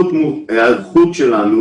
ההיערכות שלנו